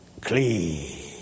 Clean